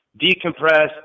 decompress